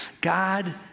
God